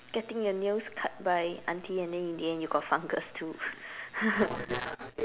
getting your nails cut by auntie and then in the end you got fungus too